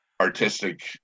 artistic